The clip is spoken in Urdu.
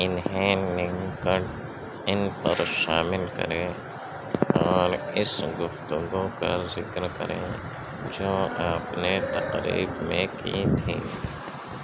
انہیں لنکڈ اِن پر شامل کریں اور اس گفتگو کا ذکر کریں جو آپ نے تقریب میں کی تھی